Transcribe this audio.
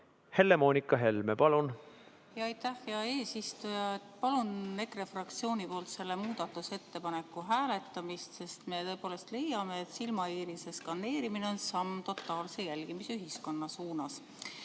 Helle-Moonika Helme, palun! Aitäh, hea eesistuja! Palun EKRE fraktsiooni poolt selle muudatusettepaneku hääletamist, sest me tõepoolest leiame, et silmaiirise skaneerimine on samm totaalse jälgimisühiskonna suunas.